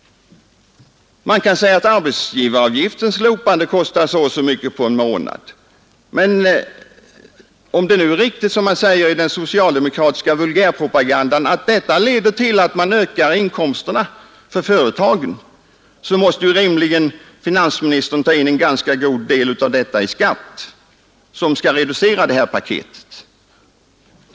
Man kan säga att arbetsgivaravgiftens slopande kostar så och så mycket på en månad. Men om det är riktigt som man säger i den socialdemokratiska vulgärpropagandan, att detta leder till att man ökar inkomsterna för företagen, måste ju finansministern rimligen ta in en ganska god del äv detta i skatt, vilket reducerar det här paketet.